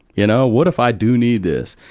you know, what if i do need this?